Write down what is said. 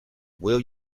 will